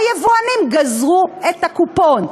היבואנים גזרו את הקופון.